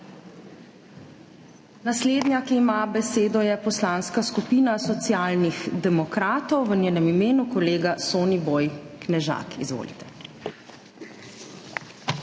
Naslednja, ki ima besedo, je Poslanska skupina Socialnih demokratov, v njenem imenu kolega Soniboj Knežak. Izvolite.